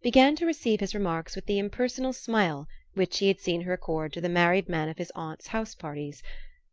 began to receive his remarks with the impersonal smile which he had seen her accord to the married men of his aunt's house-parties